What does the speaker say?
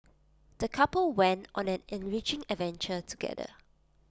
the couple went on an enriching adventure together